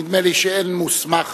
נדמה לי שאין מוסמך